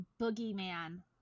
boogeyman